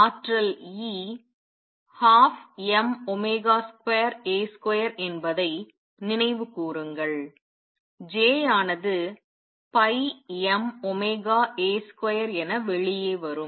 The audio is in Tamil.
ஆற்றல் E 12m2A2 என்பதை நினைவு கூறுங்கள் J ஆனது πmωA2என வெளியே வரும்